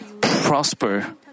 prosper